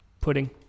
Pudding